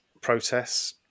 protests